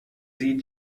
sie